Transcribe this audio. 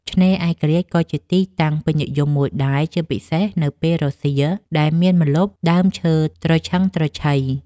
ឆ្នេរឯករាជ្យក៏ជាទីតាំងពេញនិយមមួយដែរ ជាពិសេសនៅពេលរសៀលដែលមានម្លប់ដើមឈើត្រឈឹងត្រឈៃ។